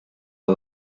are